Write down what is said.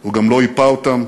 הוא גם לא ייפה אותן.